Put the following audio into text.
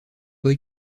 boy